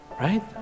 Right